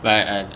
but I